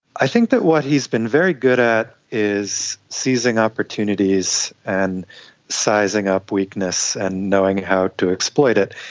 i think that what he has been very good at is seizing opportunities and sizing up weakness and knowing how to exploit it.